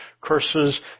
curses